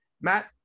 Matt